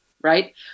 Right